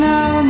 Now